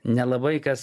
nelabai kas